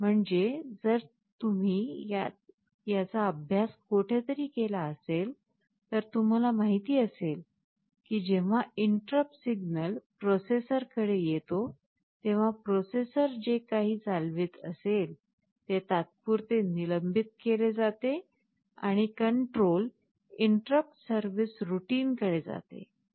म्हणजे जर तुम्ही याचा अभ्यास कोठेतरी केला असेल तर तुम्हाला माहिती असेल की जेव्हा इंटरप्ट सिग्नल प्रोसेसरकडे येतो तेव्हा प्रोसेसर जे काही चालवित असेल ते तात्पुरते निलंबित केले जाते आणि कंट्रोल इंटरप्ट सर्व्हिस रूटीन कडे जाते